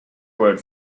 word